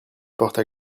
porte